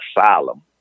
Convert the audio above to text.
Asylum